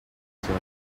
server